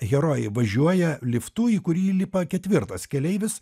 herojai važiuoja liftu į kurį įlipa ketvirtas keleivis